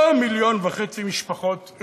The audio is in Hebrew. לא מיליון וחצי משפחות,